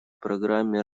программе